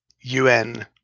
UN